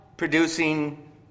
Producing